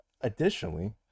Additionally